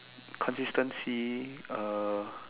consistency uh